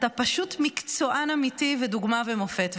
אתה פשוט מקצוען אמיתי, דוגמה ומופת.